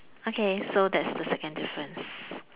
okay so that's the second difference